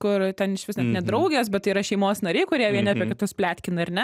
kur ten išvis net ne draugės bet tai yra šeimos nariai kurie vieni apie kitus pletkina ar ne